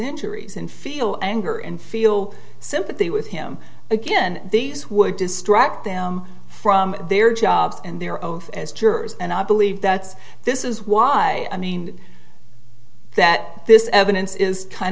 injuries and feel anger and feel sympathy with him again these would distract them from their jobs and their oath as jurors and i believe that this is why i mean that this evidence is kind